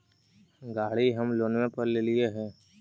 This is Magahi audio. गाड़ी हम लोनवे पर लेलिऐ हे?